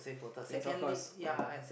yes of course